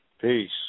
Peace